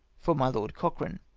for my lord cochrane.